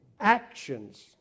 Actions